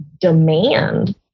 demand